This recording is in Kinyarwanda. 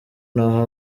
naho